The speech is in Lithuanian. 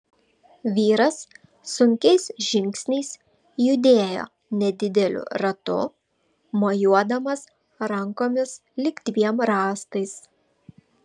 vyras sunkiais žingsniais judėjo nedideliu ratu mojuodamas rankomis lyg dviem rąstais